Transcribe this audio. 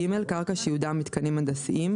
(ג)קרקע שייעודה מיתקנים הנדסיים,